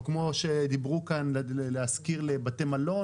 או כמו שדיברו כאן להשכיר לבתי מלון,